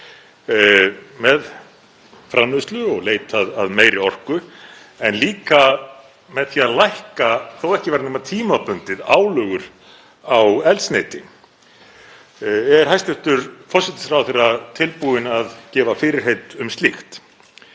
með framleiðslu og leit að meiri orku en líka með því að lækka, þótt ekki væri nema tímabundið, álögur á eldsneyti. Er hæstv. forsætisráðherra tilbúin að gefa fyrirheit um slíkt?